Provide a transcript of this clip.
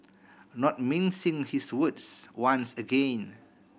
not mincing his words once again